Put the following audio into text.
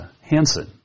Hanson